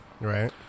Right